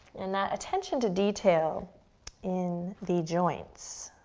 and that attention to detail in the joints,